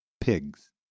pigs